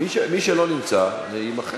מי שלא נמצא, יימחק.